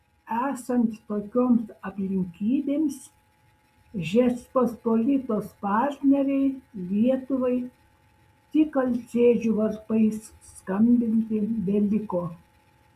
esant tokioms aplinkybėms žečpospolitos partnerei lietuvai tik alsėdžių varpais skambinti beliko